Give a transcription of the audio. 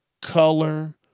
color